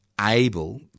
able